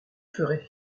ferait